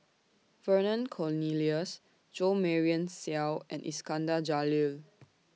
Vernon Cornelius Jo Marion Seow and Iskandar Jalil